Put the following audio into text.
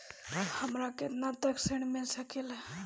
हमरा केतना तक ऋण मिल सके ला?